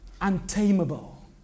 untamable